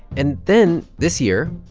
and then, this year,